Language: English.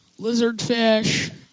lizardfish